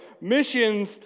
missions